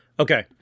Okay